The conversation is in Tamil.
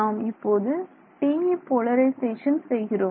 நாம் இப்போது TE போலரிசேஷன் செய்கிறோம்